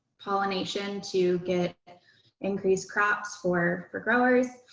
pollination to get increase crops for for growers.